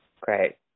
Great